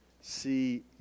see